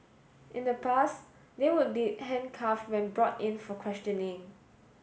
in the past they would be handcuffed when brought in for questioning